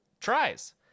tries